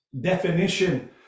definition